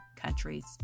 countries